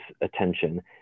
attention